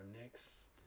next